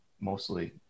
mostly